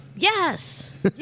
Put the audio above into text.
Yes